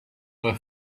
were